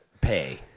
pay